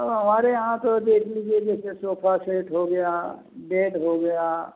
तो हमारे यहाँ तो देख लीजिए जैसे सोफ़ा सेट हो गया बेड हो गया